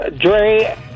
Dre